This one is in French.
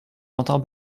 l’entend